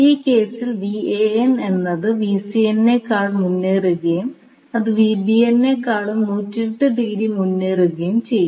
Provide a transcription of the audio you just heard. ഈ കേസിൽ എന്നത് നേക്കാൾ മുന്നേറുകയും അത് നേക്കാൾ 120 മുന്നേറുകയും ചെയ്യും